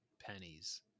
pennies